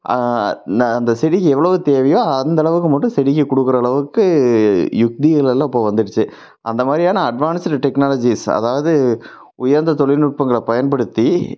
இந்த அந்த செடிக்கு எவ்வளோ தேவையோ அந்த அளவுக்கு மட்டும் செடிக்கு கொடுக்குற அளவுக்கு உத்திகள் எல்லாம் இப்போ வந்துடுச்சி அந்த மாதிரியான அட்வான்ஸ்டு டெக்னாலஜிஸ் அதாவது உயர்ந்த தொழில்நுட்பங்களை பயன்படுத்தி